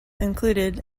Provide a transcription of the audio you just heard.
included